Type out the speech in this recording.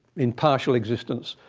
in partial existence.